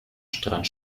strand